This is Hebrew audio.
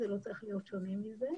זה לא צריך להיות שונה מהרגיל.